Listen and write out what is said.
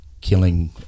killing